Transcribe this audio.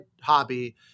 hobby